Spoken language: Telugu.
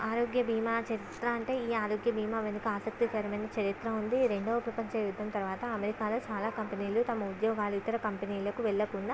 ఆరోగ్య భీమా చరిత్ర అంటే ఈ ఆరోగ్య బీమా వెనుక ఆసక్తికరమైన చరిత్ర ఉంది రెండో ప్రపంచ యుద్ధం తరువాత అమెరికాలో చాలా కంపెనీలు తమ ఉద్యోగాలు ఇతర కంపెనీలకు వెళ్ళకుండా